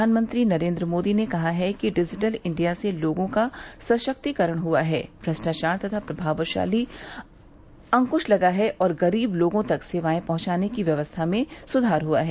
प्रधानमंत्री नरेन्द्र मोदी ने कहा है कि डिजिटल इंडिया से लोगों का सशक्तीकरण हुआ है भ्रष्टाचार पर प्रभावशाली अंक्श लगा है और गरीब लोगों तक सेवाएं पहुंचाने की व्यवस्था में सुधार हुआ है